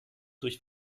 durch